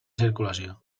circulació